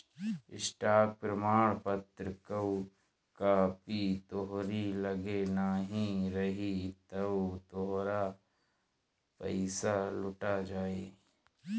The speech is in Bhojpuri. स्टॉक प्रमाणपत्र कअ कापी तोहरी लगे नाही रही तअ तोहार पईसा लुटा जाई